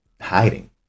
hiding